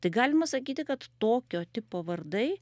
tai galima sakyti kad tokio tipo vardai